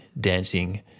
dancing